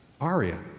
aria